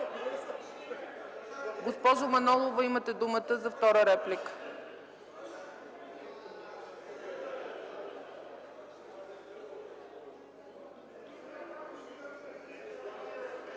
Госпожо Манолова, имате думата за втора реплика.